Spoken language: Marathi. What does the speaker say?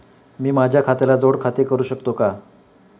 मी माझ्या खात्याला जोड खाते करू शकतो का?